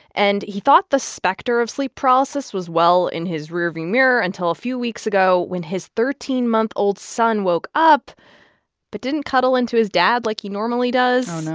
and he thought the specter of sleep paralysis was well in his rearview mirror until a few weeks ago when his thirteen month old son woke up but didn't cuddle into his dad like he normally does. oh, no.